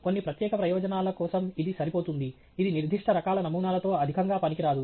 కొన్ని ప్రత్యేక ప్రయోజనాల కోసం ఇది సరిపోతుంది ఇది నిర్దిష్ట రకాల నమూనాలతో అధికంగా పనికిరాదు